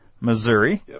Missouri